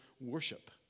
worship